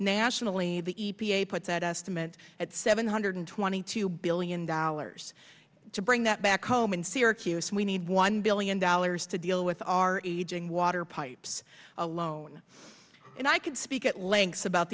nationally the e p a put that estimate at seven hundred twenty two billion dollars to bring that back home in syracuse we need one billion dollars to deal with our aging water pipes alone and i could speak at length about